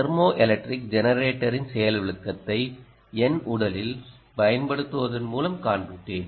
thermoelectric ஜெனரேட்டரின் செயல்விளக்கத்தை என் உடலில் பயன்படுத்துவதன் மூலம் காண்பித்தேன்